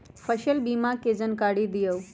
फसल बीमा के जानकारी दिअऊ?